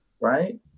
Right